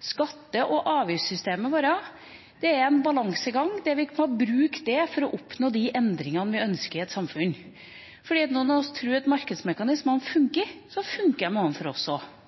Skatte- og avgiftssystemet vårt er en balansegang der vi må bruke det for å oppnå de endringene vi ønsker i et samfunn. Fordi noen av oss tror at markedsmekanismene funker, funker de overfor oss også.